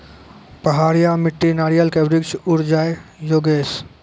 पहाड़िया मिट्टी नारियल के वृक्ष उड़ जाय योगेश?